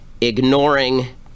ignoring